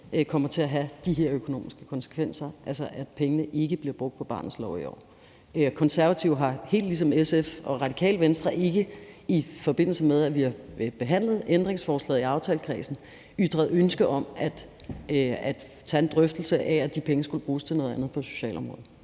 kommer til at have de der økonomiske konsekvenser, altså at pengene ikke bliver brugt på barnets lov i år. Konservative har helt ligesom SF og Radikale Venstre i forbindelse med, at vi har behandlet ændringsforslaget i aftalekredsen, ikke ytret ønske om at tage en drøftelse af, at de penge skulle bruges til noget andet på socialområdet.